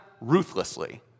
ruthlessly